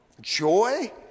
joy